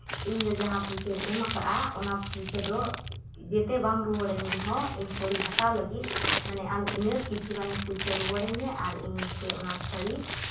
ᱤᱧᱫᱚ ᱡᱟᱦᱟᱸ ᱯᱩᱭᱥᱟᱹᱧ ᱮᱢ ᱠᱟᱫᱟ ᱚᱱᱟ ᱯᱩᱭᱥᱟᱹ ᱫᱚ ᱡᱮᱛᱮ ᱵᱟᱢ ᱨᱩᱣᱟᱹᱲᱟᱹᱧ ᱨᱮᱦᱚᱸ ᱤᱧ ᱥᱟᱹᱲᱤ ᱦᱟᱛᱟᱣ ᱞᱟᱹᱜᱤᱫ ᱢᱟᱱᱮ ᱟᱢ ᱤᱱᱟᱹ ᱠᱤᱪᱷᱩᱜᱟᱱ ᱯᱩᱭᱥᱟᱹ ᱨᱩᱣᱟᱹᱲᱤᱧ ᱢᱮ ᱟᱨ ᱤᱧ ᱜᱮ ᱚᱱᱟ ᱥᱟᱹᱲᱤ